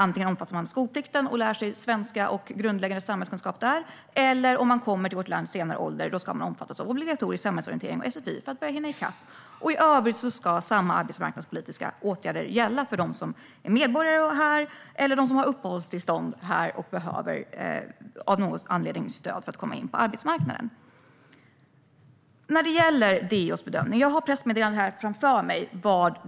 Antingen omfattas man av skolplikten och lär sig svenska och grundläggande samhällskunskap där, eller om man kommer till vårt land vid senare ålder ska man omfattas av obligatorisk samhällsorientering och sfi för att komma i kapp. I övrigt ska samma arbetsmarknadspolitiska åtgärder gälla för dem som är medborgare här eller som har uppehållstillstånd här och av någon anledning behöver stöd för att komma in på arbetsmarknaden. Sedan var det frågan om DO:s bedömning. Jag har pressmeddelandet framför mig.